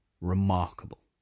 remarkable